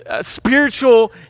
spiritual